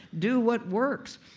do what works.